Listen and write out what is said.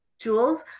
Jules